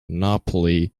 napoli